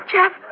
Jeff